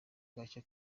bwacya